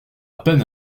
peine